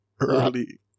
early